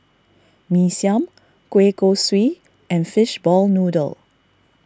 Mee Siam Kueh Kosui and Fishball Noodle